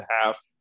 half